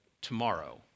tomorrow